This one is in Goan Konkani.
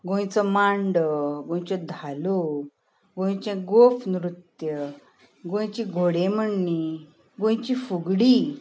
गोंयचो मांडो गोंयचे धालो गोंयचें गोफ नृत्य गोंयची घोडेमोडणी गोंयची फुगडी